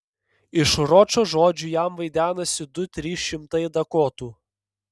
iš ročo žodžių jam vaidenasi du trys šimtai dakotų